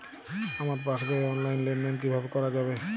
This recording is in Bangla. আমার পাসবই র অনলাইন লেনদেন কিভাবে করা যাবে?